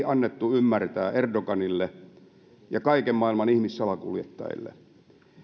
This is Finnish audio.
annettu jo ymmärtää erdoganille ja kaiken maailman ihmissalakuljettajille